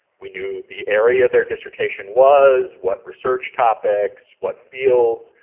we knew the area their dissertation was, what research topics, what fields.